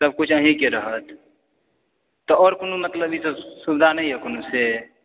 सब कुछ अहीँकेँ रहत तऽ आओर कोनो मतलब ई सब सुविधा आओर यऽ कोनोसे